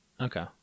Okay